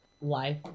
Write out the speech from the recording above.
life